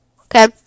Okay